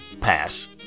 pass